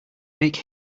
make